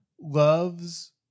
loves